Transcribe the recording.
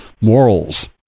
morals